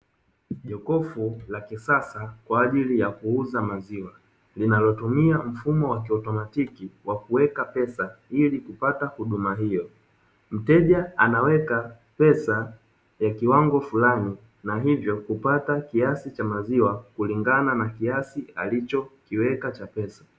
Jokofu la kisasa kwa ajili ya kuuza maziwa, linalotumia mfumo wa kiautomatiki wa kuweka pesa ili kupata huduma hiyo. Mteja anaweka pesa ya kiwango fulani na hivyo kupata kiasi cha maziwa kulingana na kiasi alichokiweka cha pesa.